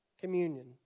communion